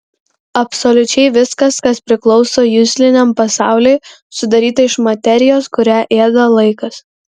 absoliučiai viskas kas priklauso jusliniam pasauliui sudaryta iš materijos kurią ėda laikas